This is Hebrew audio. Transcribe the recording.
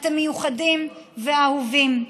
אתם מיוחדים ואהובים.